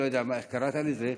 אני לא יודע איך קראת לזה,